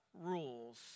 rules